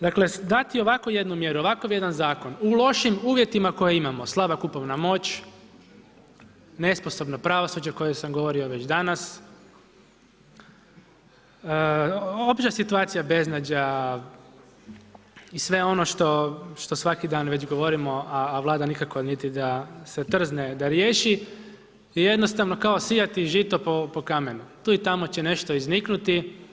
Dakle dati ovako jednu mjeru, ovakav jedan zakon u lošim uvjetima koje imamo, slaba kupovna moć, nesposobno pravosuđe koje sam govorio već danas, opća situacija beznađa i sve ono što svaki dan već govorimo a Vlada nikako niti da se trzne da riješi i jednostavno kao sijati žito po kamenu, tu i tamo će nešto izniknuti.